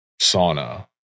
sauna